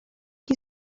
qui